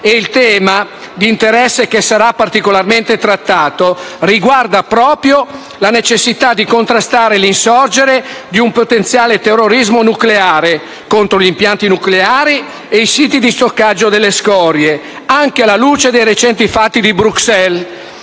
Il tema di interesse, che sarà particolarmente trattato, riguarda la necessità di contrastare l'insorgere di un potenziale terrorismo nucleare (contro gli impianti nucleari e i siti di stoccaggio delle scorie), anche alla luce dei recenti fatti di Bruxelles